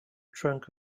trunk